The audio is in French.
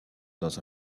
dans